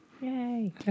Yay